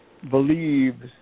believes